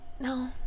no